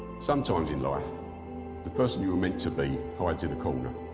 sometimes in life, the person you were meant to be hides in the corner,